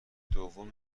دوم